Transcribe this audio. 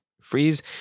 Freeze